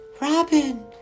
robin